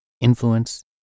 influence